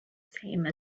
same